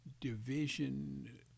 division